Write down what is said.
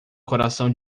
coração